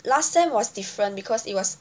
last time was different because it was